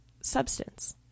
substance